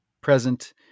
present